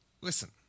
Listen